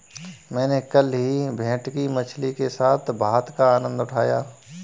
मैंने कल ही भेटकी मछली के साथ भात का आनंद उठाया